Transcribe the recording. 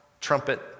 trumpet